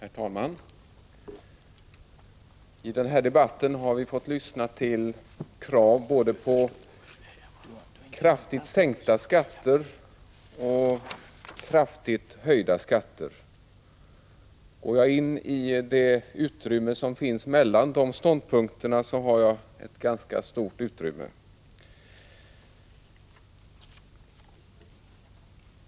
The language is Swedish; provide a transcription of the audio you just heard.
Herr talman! I den här debatten har vi fått lyssna till krav både på kraftigt sänkta skatter och kraftigt höjda skatter. Går jag in i det utrymme som finns mellan de ståndpunkterna har jag ett ganska stort svängrum.